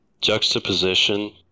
juxtaposition